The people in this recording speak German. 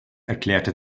erklärte